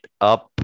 up